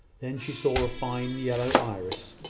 then she saw a fine yellow iris,